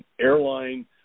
airline